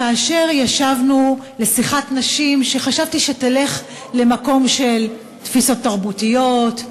כאשר ישבנו לשיחת נשים שחשבתי שתלך למקום של תפיסות תרבותיות,